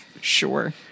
Sure